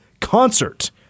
concert